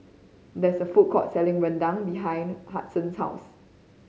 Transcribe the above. there is a food court selling rendang behind Hudson's house